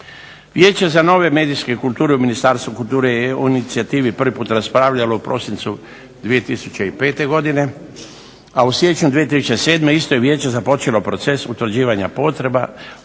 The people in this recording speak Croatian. Vijeće za nove medijske kulture u Ministarstvu kulture je o inicijativi prvi put raspravljalo u prosincu 2005. godine, a u siječnju 2007. isto je vijeće započelo proces utvrđivanja potreba i